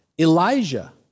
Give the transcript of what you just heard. Elijah